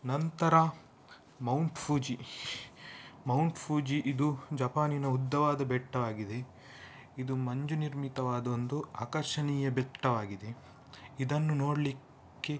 ನಂತರ mount Fuji mount Fuji ಇದು ಜಪಾನಿನ ಉದ್ದವಾದ ಬೆಟ್ಟವಾಗಿದೆ ಇದು ಮಂಜುನಿರ್ಮಿತವಾದ ಒಂದು ಆಕರ್ಷಣೀಯ ಬೆಟ್ಟವಾಗಿದೆ ಇದನ್ನು ನೋಡಲಿಕ್ಕೆ